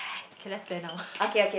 okay let's plan now